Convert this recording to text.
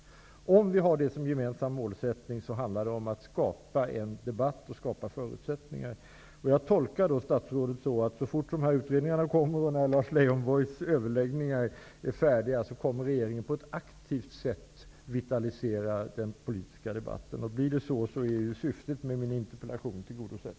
Om vi har det som en gemensam målsättning handlar det om att skapa en debatt och förutsättningar för en sådan. Jag tolkar då statsrådet så att så fort de här utredningarna kommer och när Lars Leijonborgs överläggningar är färdiga, kommer regeringen att på ett aktivt sätt vitalisera den politiska debatten. Om det blir så är syftet med min interpellation tillgodosett.